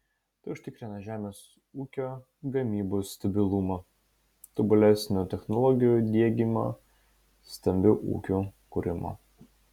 tai užtikrina žemės ūkio gamybos stabilumą tobulesnių technologijų diegimą stambių ūkių kūrimą